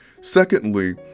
Secondly